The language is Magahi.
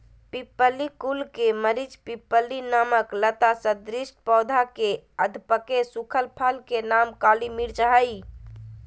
पिप्पली कुल के मरिचपिप्पली नामक लता सदृश पौधा के अधपके सुखल फल के नाम काली मिर्च हई